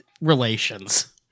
relations